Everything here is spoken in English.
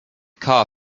car